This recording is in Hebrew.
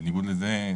בניגוד לזה,